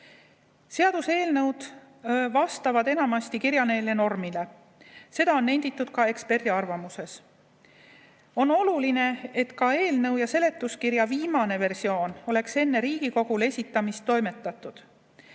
tegeleda. Seaduseelnõud vastavad enamasti kirjakeele normile, seda on nenditud ka eksperdiarvamuses. On oluline, et ka eelnõu ja seletuskirja viimane versioon oleks enne Riigikogule esitamist toimetatud.